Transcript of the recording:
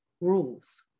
rules